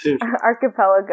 Archipelago